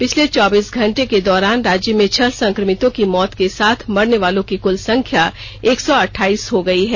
पिछले चौबीस घंटे के दौरान राज्य में छह संक्रमितों की मौत के साथ मरने वालों की कुल संख्या एक सौ अठाईस हो गई है